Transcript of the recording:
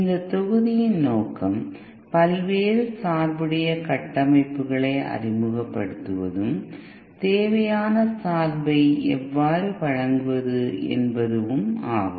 இந்த தொகுதியின் நோக்கம் பல்வேறு சார்புடைய கட்டமைப்புகளை அறிமுகப் படுத்துவதும் தேவையான சார்பை எவ்வாறு வழங்குவது என்பதுவும் ஆகும்